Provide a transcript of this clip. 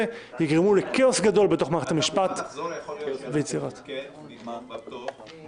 כולם באותו נימוק של צורך בהארכת הוראות השעה האלו,